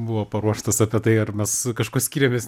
buvo paruoštas apie tai ar mes kažkuo skiriamės